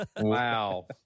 Wow